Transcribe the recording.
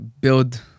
build